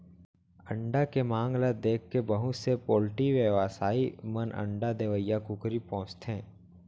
अंडा के मांग ल देखके बहुत से पोल्टी बेवसायी मन अंडा देवइया कुकरी पोसथें